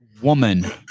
woman